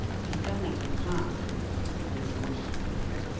she'd done that in the past, but it was before the orders existed.